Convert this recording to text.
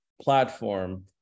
platform